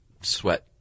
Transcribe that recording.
sweat